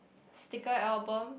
sticker album